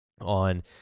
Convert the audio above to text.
on